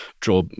draw